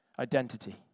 Identity